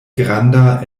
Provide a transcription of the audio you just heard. granda